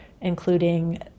including